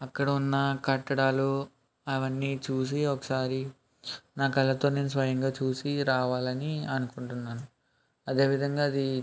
అక్కడ ఉన్న కట్టడాలు అవన్నీ చూసి ఒకసారి నా కళ్ళతో నేను స్వయంగా చూసి రావాలని అనుకుంటున్నాను అదే విధంగా అది